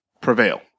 prevail